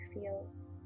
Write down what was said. feels